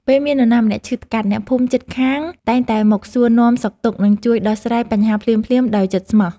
ពេលមាននរណាម្នាក់ឈឺថ្កាត់អ្នកភូមិជិតខាងតែងតែមកសួរនាំសុខទុក្ខ និងជួយដោះស្រាយបញ្ហាភ្លាមៗដោយចិត្តស្មោះ។